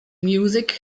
music